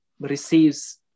receives